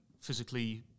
physically